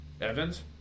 Evans